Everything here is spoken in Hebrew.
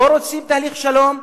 לא רוצים תהליך שלום,